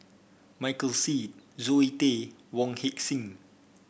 Michael Seet Zoe Tay Wong Heck Sing